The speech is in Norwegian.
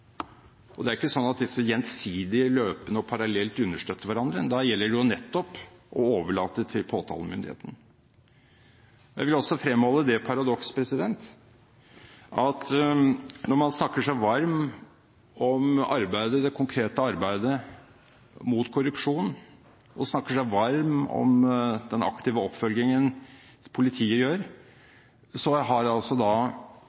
gjøre. Det er ikke slik at disse gjensidig, løpende og parallelt understøtter hverandre, og da gjelder det jo nettopp å overlate saken til påtalemyndigheten. Jeg vil også fremholde det paradokset at når man snakker seg varm om det konkrete arbeidet mot korrupsjon, og snakker seg varm om den aktive oppfølgingen politiet